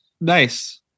Nice